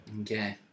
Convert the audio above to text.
Okay